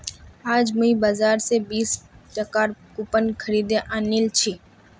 आज मुई बाजार स बीस टकार कूपन खरीदे आनिल छि